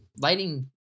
Lighting